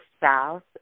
south